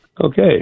Okay